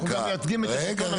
אנחנו מייצגים גם את השלטון המקומי.